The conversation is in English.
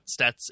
stats